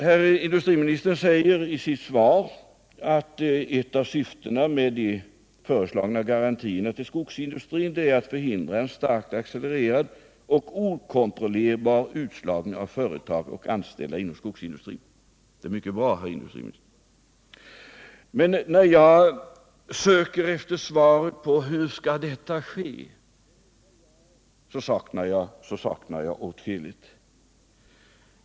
Herr industriministern säger i sitt svar att ett av syftena med de föreslagna garantierna till skogsindustrin är att förhindra en starkt accelererad och okontrollerbar utslagning av företag och anställda inom skogsindustrin. Detta är mycket bra, herr industriminster, men i svaret på hur detta skall ske saknar jag åtskilligt.